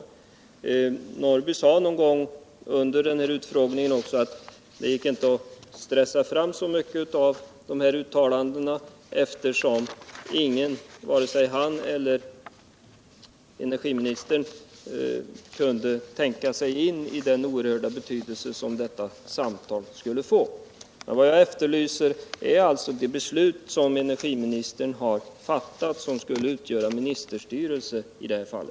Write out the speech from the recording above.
Jonas Norrby sade någon gång under utfrågningen att det inte gick att stressa fram så mycket av dessa uttalanden, eftersom varken han eller energiministern kunde tänka sig in i vilken oerhört stor betydelse detta samtal skulle få. Vad jag efterlyser är alltså att få veta vilka beslut som energiministern skulle ha fattat och som skulle utgöra bevis på ministerstyrelse.